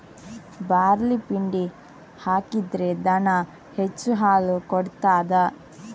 Barley ಪಿಂಡಿ ಹಾಕಿದ್ರೆ ದನ ಹೆಚ್ಚು ಹಾಲು ಕೊಡ್ತಾದ?